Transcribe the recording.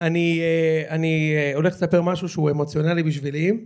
אני הולך לספר משהו שהוא אמוציונלי בשבילי